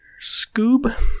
Scoob